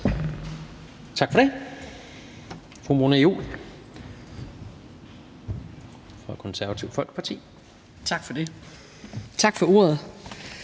Tak for det.